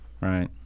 Right